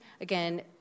again